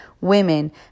women